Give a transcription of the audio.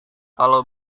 kalau